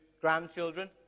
grandchildren